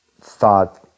thought